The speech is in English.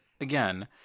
again